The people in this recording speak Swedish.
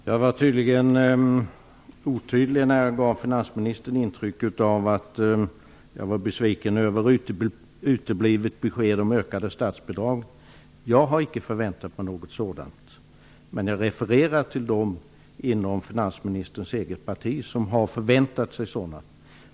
Herr talman! Jag var uppenbarligen otydlig, eftersom finansministern fick ett intryck av att jag var besviken över uteblivet besked om ökade statsbidrag. Jag har icke förväntat mig något sådant. Däremot refererade jag till dem inom finansministerns eget parti som har haft sådana förväntningar.